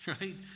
right